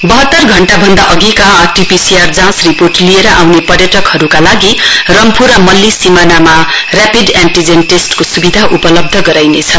बाहत्तर घण्टा भन्दा अघिका R T P C R जाँच रिपोर्ट लिएर आउने पर्याटकहरुका लागि रम्फू र मल्ली सीमानामा रेपीड एन्टीजेन टिस्ट को सुविधा उपलब्ध गराइनेछ